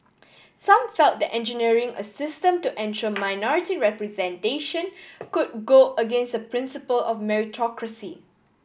some felt that engineering a system to ensure minority representation could go against the principle of meritocracy